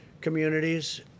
communities